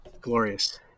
Glorious